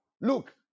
Look